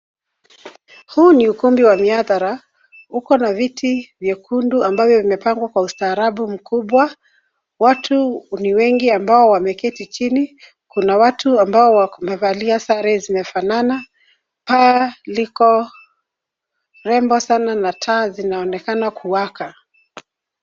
Huu ni ukumbi wa mihadhara ukona viti vyekundu ambavyo vimepangwa kwa ustaarabu mkubwa. Watu ni wengi ambao wameketi chini, kuna watu ambao wamevalia sare zimefanana, paa liko rembo sana na taa zinaonekana kuwaka.